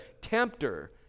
tempter